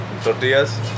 tortillas